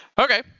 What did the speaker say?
Okay